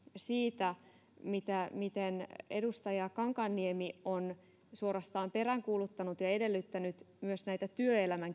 siitä miten edustaja kankaanniemi on suorastaan peräänkuuluttanut ja edellyttänyt myös näitä työelämän